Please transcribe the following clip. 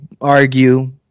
argue